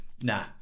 nah